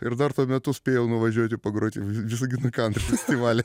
ir dar tuo metu spėjau nuvažiuoti pagroti visagino kantri festivalį